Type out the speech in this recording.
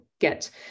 get